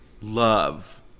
love